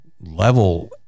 level